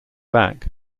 back